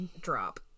drop